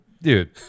Dude